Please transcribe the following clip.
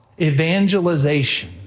evangelization